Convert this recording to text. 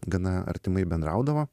gana artimai bendraudavo